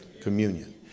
Communion